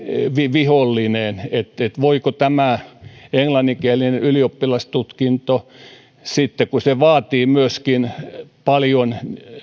vihollinen eli voiko tämä englanninkielinen ylioppilastutkinto kun se vaatii paljon